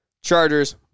Chargers